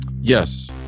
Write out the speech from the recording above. Yes